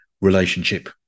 relationship